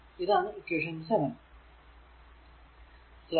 ഇതാണ് ഇക്വേഷൻ 7